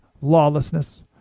lawlessness